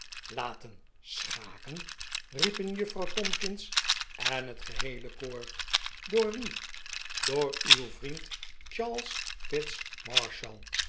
laten schaken riepen juffrouw tomkins en het geheele koor door wien door uw vriend